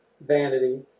Vanity